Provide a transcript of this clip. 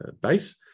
base